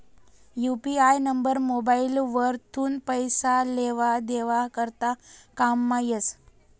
UPI number mobile वरथून पैसा लेवा देवा करता कामंमा येस